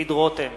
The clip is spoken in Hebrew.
דוד רותם,